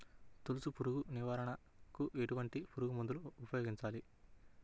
తొలుచు పురుగు నివారణకు ఎటువంటి పురుగుమందులు ఉపయోగించాలి?